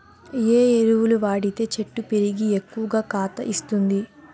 ఏ ఎరువులు వాడితే చెట్టు పెరిగి ఎక్కువగా కాత ఇస్తుంది?